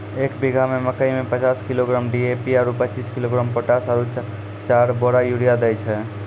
एक बीघा मे मकई मे पचास किलोग्राम डी.ए.पी आरु पचीस किलोग्राम पोटास आरु चार बोरा यूरिया दैय छैय?